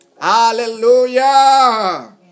Hallelujah